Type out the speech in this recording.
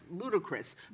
ludicrous